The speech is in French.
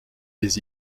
les